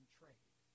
trade